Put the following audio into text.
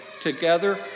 together